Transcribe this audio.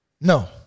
No